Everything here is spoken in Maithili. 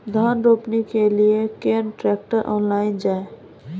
धान रोपनी के लिए केन ट्रैक्टर ऑनलाइन जाए?